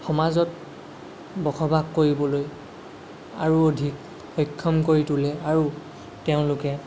সমাজত বসবাস কৰিবলৈ আৰু অধিক সক্ষম কৰি তোলে আৰু তেওঁলোকে